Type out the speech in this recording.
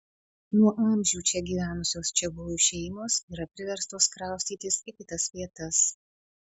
nuo amžių čia gyvenusios čiabuvių šeimos yra priverstos kraustytis į kitas vietas